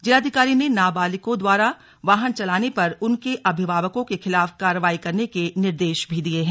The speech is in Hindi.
जिलाधिकारी ने नाबालिगों द्वारा वाहन चलाने उनके अभिभावकों के खिलाफ कार्रवाई करने के निर्देश भी दिये हैं